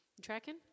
tracking